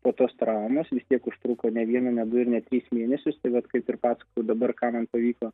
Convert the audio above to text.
po tos traumos vis tiek užtruko ne vieną ne du ir ne tris mėnesius tai vat kaip ir pasakoju dabar ką man pavyko